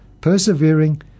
persevering